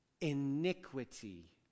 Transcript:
Iniquity